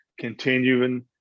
continuing